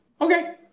Okay